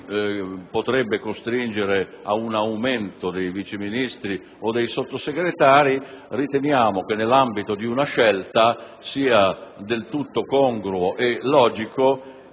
potrebbe costringere ad un aumento dei Vice Ministri o dei Sottosegretari. Riteniamo pertanto che nell'ambito di tale scelta sia del tutto congruo e logico